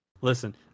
Listen